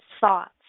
thoughts